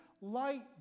light